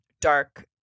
dark